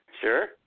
Sure